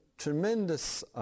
tremendous